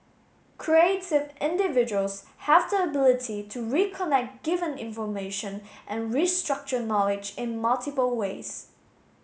creative individuals have the ability to reconnect given information and restructure knowledge in multiple ways